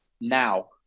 now